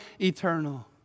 eternal